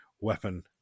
weapon